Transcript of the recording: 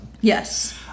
Yes